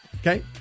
Okay